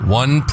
one